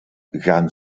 gaan